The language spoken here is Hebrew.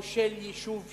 או של יישוב שלם.